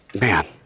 Man